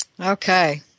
Okay